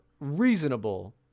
reasonable